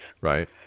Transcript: Right